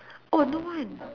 oh no one